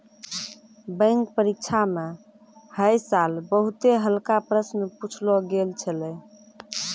bank परीक्षा म है साल बहुते हल्का प्रश्न पुछलो गेल छलै